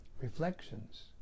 reflections